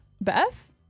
Beth